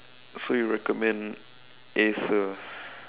so you recommend Acer